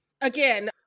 again